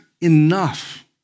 enough